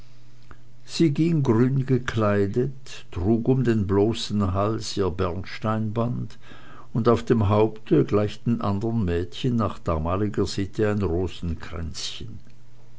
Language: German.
sie ging grün gekleidet trug um den bloßen hals ihr bernsteinband und auf dem haupte gleich den andern mädchen nach damaliger sitte ein